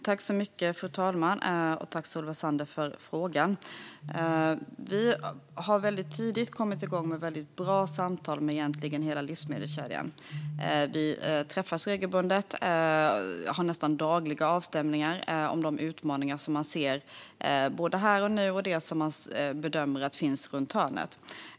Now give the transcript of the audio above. Fru talman! Tack, Solveig Zander, för frågan! Vi har väldigt tidigt kommit igång med väldigt bra samtal med egentligen hela livsmedelskedjan. Vi träffas regelbundet och har nästan dagliga avstämningar om de utmaningar som man ser här och nu och det som man bedömer finns runt hörnet.